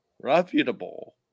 reputable